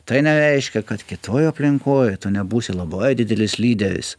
tai nereiškia kad kitoj aplinkoj tu nebūsi labai didelis lyderis